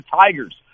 Tigers